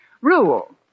Rule